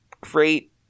great